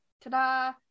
ta-da